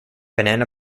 banana